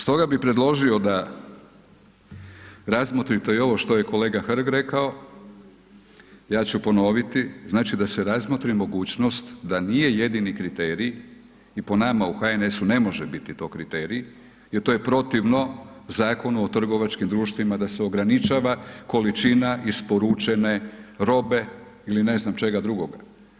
Stoga bi predložio da razmotrite i ovo što je kolega Hrg rekao, ja ću ponoviti, znači, da se razmotri mogućnost da nije jedini kriterij i po nama u HNS-u ne može biti to kriterij jer to je protivno Zakonu o trgovačkim društvima da se ograničava količina isporučene robe ili ne znam čega drugoga.